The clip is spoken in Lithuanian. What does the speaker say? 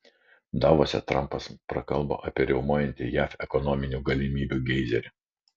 davose trampas prakalbo apie riaumojantį jav ekonominių galimybių geizerį